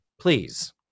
Please